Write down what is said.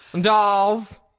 Dolls